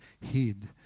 hid